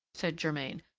said germain,